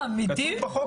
אמיתי?